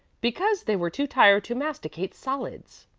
because they were too tired to masticate solids.